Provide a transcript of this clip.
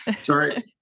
Sorry